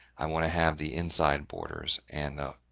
i want to have the inside borders and the